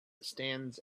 stands